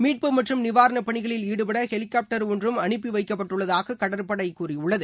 மீட்பு மற்றும் நிவாரண பணிகளில் ஈடுபட ஹெலிகாப்படர் ஒன்றும் அனுப்பி வைக்கப்பட்டுள்ளதாக கடற்படை கூறியுள்ளது